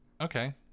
okay